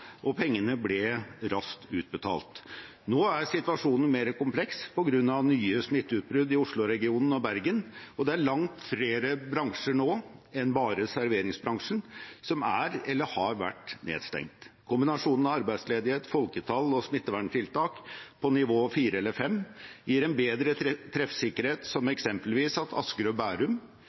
og pengene ble raskt utbetalt. Nå er situasjonen mer kompleks på grunn av nye smitteutbrudd i Oslo-regionen og Bergen, og det er nå langt flere bransjer enn bare serveringsbransjen som er eller har vært nedstengt. Kombinasjonen av arbeidsledighet, folketall og smitteverntiltak på nivå 4 eller 5 gir en bedre treffsikkerhet, som eksempelvis at Asker og Bærum